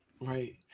Right